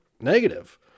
negative